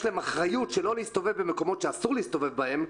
להם אחריות שלא להסתובב במקומות שאסור להסתובב בהם,